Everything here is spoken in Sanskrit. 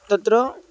तत्र